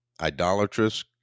idolatrous